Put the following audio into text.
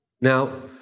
Now